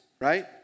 right